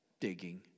digging